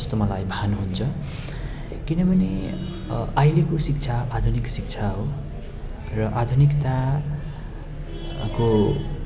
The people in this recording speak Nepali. जस्तो मलाई भान हुन्छ किनभने अहिलेको शिक्षा आधुनिक शिक्षा हो र आधुनिकताको